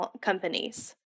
companies